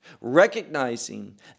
recognizing